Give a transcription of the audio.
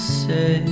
say